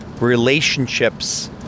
relationships